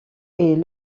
est